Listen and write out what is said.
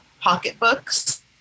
pocketbooks